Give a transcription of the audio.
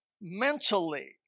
mentally